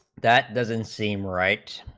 that doesn't seem rights